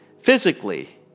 physically